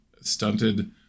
stunted